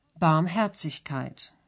Barmherzigkeit